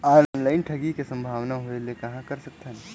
Online ठगी के संभावना होय ले कहां कर सकथन?